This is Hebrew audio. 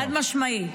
חד-משמעית.